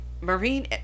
marine